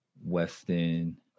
Weston